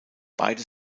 beide